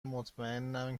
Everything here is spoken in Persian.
مطمئنم